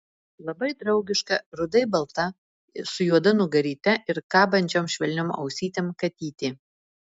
labai draugiška rudai balta su juoda nugaryte ir kabančiom švelniom ausytėm katytė